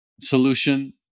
solution